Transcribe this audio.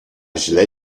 źle